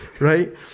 right